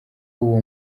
uwo